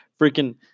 Freaking